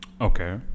Okay